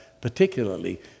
particularly